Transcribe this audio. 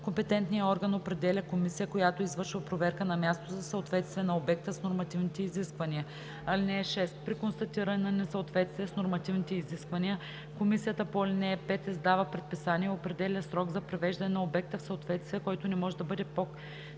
компетентният орган определя комисия, която извършва проверка на място за съответствие на обекта с нормативните изисквания. (6) При констатиране на несъответствие с нормативните изисквания, комисията по ал. 5 издава предписание и определя срок за привеждане на обекта в съответствие, който не може да бъде по-кратък